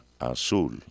Azul